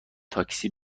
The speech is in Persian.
تاکسی